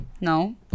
No